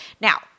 Now